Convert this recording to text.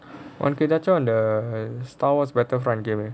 okay catch up on the the star wars better front game leh